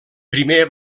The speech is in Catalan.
primer